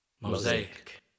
Mosaic